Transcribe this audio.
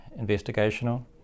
investigational